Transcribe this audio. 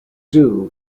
sue